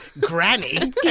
Granny